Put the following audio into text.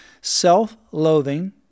self-loathing